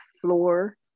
floor